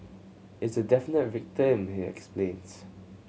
it's a definite victim he explains